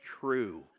true